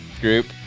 group